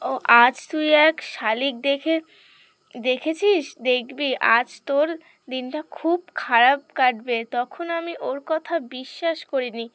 ও আজ তুই এক শালিক দেখে দেখেছিস দেখবি আজ তোর দিনটা খুব খারাপ কাটবে তখন আমি ওর কথা বিশ্বাস করিনি